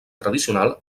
tradicional